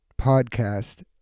podcast